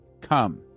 come